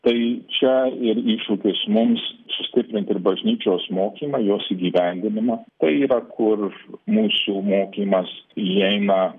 tai čia ir iššūkis mums sustiprinti ir bažnyčios mokymą jos įgyvendinimą tai yra kur mūsų mokymas įeina